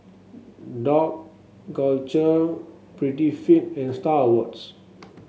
Dough Culture Prettyfit and Star Awards